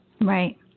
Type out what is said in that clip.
Right